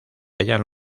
hallan